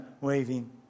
waving